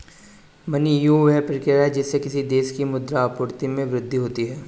money issue, वह प्रक्रिया है जिससे किसी देश की मुद्रा आपूर्ति में वृद्धि होती है